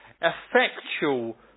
effectual